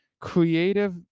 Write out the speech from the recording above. Creative